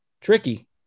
tricky